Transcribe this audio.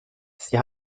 sie